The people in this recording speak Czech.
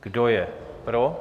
Kdo je pro?